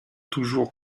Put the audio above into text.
toujours